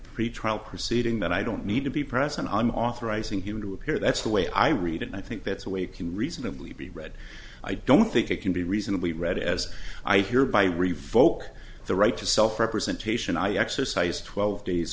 pretrial proceeding that i don't need to be present i'm authorizing him to appear that's the way i read it i think that's the way it can reasonably be read i don't think it can be reasonably read as i hereby revoke the right to self representation i exercised twelve days